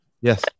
Yes